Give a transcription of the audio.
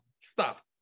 Stop